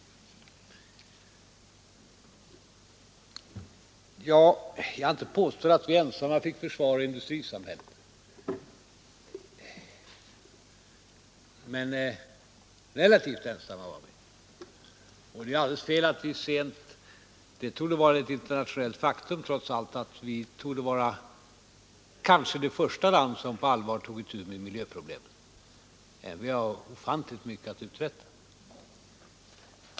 Jag har inte påstått att vi ensamma fick försvara industrisamhället. Men relativt ensamma var vi. Det torde vara ett internationellt erkänt faktum att Sverige var det kanske första land som på allvar tog itu med miljöproblemen, även om vi har ofantligt mycket kvar att uträtta.